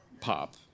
pop